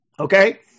okay